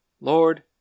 Lord